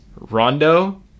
rondo